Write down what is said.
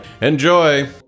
Enjoy